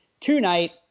tonight